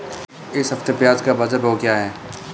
इस हफ्ते प्याज़ का बाज़ार भाव क्या है?